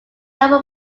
novel